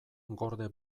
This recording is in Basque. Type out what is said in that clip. gorde